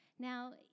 Now